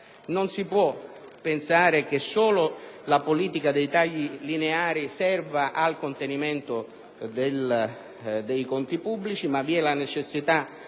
Non si può pensare che solo la politica dei tagli lineari serva al contenimento dei conti pubblici, ma vi è la necessità